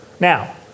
Now